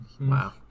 Wow